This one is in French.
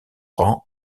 rang